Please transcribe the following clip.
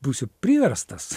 būsiu priverstas